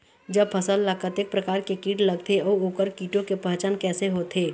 जब फसल ला कतेक प्रकार के कीट लगथे अऊ ओकर कीटों के पहचान कैसे होथे?